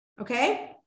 Okay